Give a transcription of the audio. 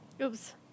Oops